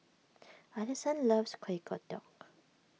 Ellison loves Kuih Kodok